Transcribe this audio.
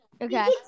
Okay